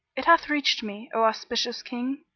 it hath reached me, o auspicious king,